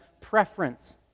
preference